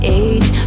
age